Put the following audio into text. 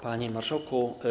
Panie Marszałku!